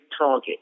target